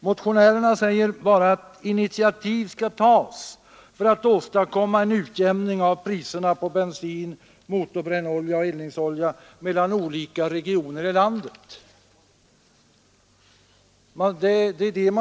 Motionärerna säger bara att initiativ bör tas för att åstadkomma en utjämning av priserna på bensin, motorbrännolja och eldningsolja mellan olika regioner i landet.